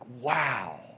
wow